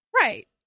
Right